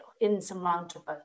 insurmountable